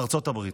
ארצות הברית.